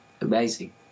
amazing